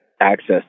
access